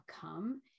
come